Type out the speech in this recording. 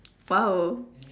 !wow!